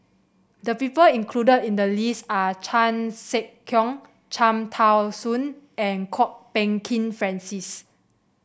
the people included in the list are Chan Sek Keong Cham Tao Soon and Kwok Peng Kin Francis